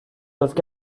doivent